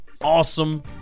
awesome